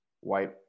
white